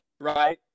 right